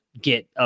get